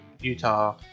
Utah